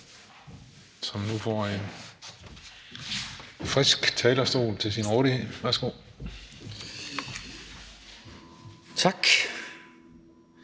som nu får en frisk talerstol til sin rådighed. Værsgo. Kl.